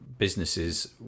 businesses